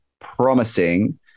promising